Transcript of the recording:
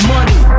Money